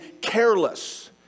careless